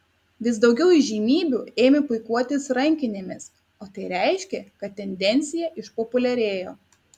vis daugiau įžymybių ėmė puikuotis rankinėmis o tai reiškė kad tendencija išpopuliarėjo